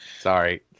Sorry